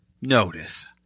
notice